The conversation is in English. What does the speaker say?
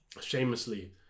shamelessly